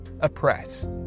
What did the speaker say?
oppress